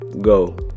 Go